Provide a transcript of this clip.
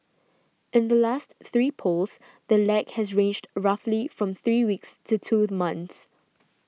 in the last three polls the lag has ranged roughly from three weeks to two months